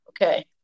Okay